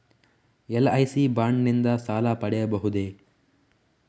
LIC bond ನಿಂದ ಸಾಲ ಪಡೆಯಬಹುದೇ?